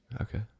Okay